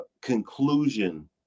conclusion